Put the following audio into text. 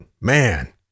man